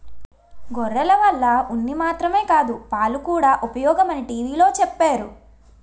గొర్రెల వల్ల ఉన్ని మాత్రమే కాదు పాలుకూడా ఉపయోగమని టీ.వి లో చెప్పేరు